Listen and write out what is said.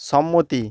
সম্মতি